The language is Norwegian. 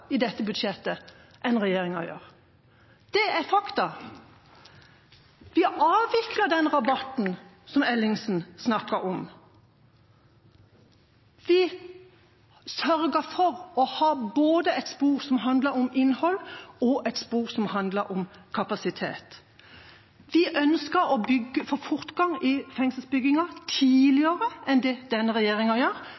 i dette budsjettet enn det regjeringa gjør. Det er fakta. Vi avvikler den rabatten som representanten Ellingsen snakket om. Vi sørger for å ha både et spor som handler om innhold, og et spor som handler om kapasitet. Vi ønsker å bygge, få fortgang i fengselsbygginga,